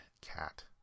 cat